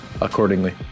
accordingly